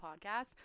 podcast